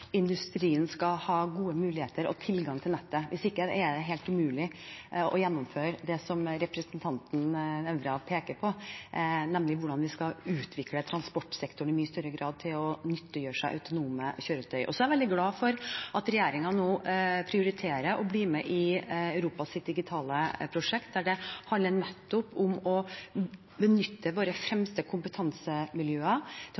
industrien skal ha gode muligheter og tilgang til nettet. Hvis ikke er det helt umulig å gjennomføre det som representanten Nævra peker på, nemlig hvordan vi skal utvikle transportsektoren i mye større grad til å nyttiggjøre seg autonome kjøretøy. Jeg er veldig glad for at regjeringen nå prioriterer å bli med i Europas digitale prosjekt, der det nettopp handler om å benytte våre fremste kompetansemiljøer til